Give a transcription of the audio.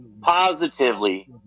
positively